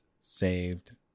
saved